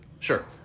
Sure